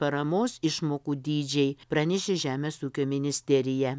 paramos išmokų dydžiai pranešė žemės ūkio ministerija